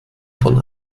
von